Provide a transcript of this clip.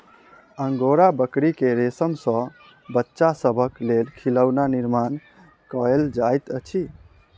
angora बकरी के रेशम सॅ बच्चा सभक लेल खिलौना निर्माण कयल जाइत अछि